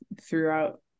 throughout